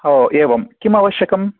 ओ एवं किम् आवश्यकम्